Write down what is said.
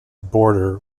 border